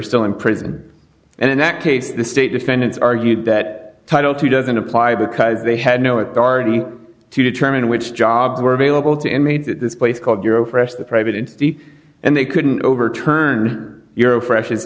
still in prison and in that case the state defendants argued that title two doesn't apply because they had no authority to determine which jobs were available to inmates at this place called euro press the private it's the and they couldn't overturn your freshe